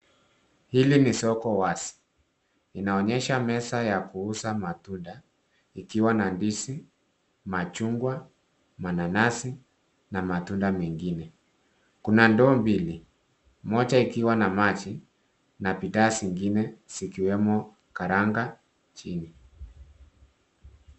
Hili ni soko wazi, inaonyesha meza ya kuuza matunda ikiwa na ndizi, machungwa, mananasi na matunda mengine. Kuna ndoo mbili moja ikiwa na maji na bidhaa zingine zikiwemo karanga chini.